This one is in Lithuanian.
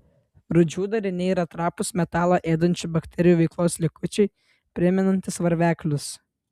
rūdžių dariniai yra trapūs metalą ėdančių bakterijų veiklos likučiai primenantys varveklius